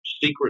Secret